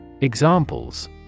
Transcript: Examples